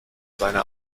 seine